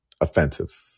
offensive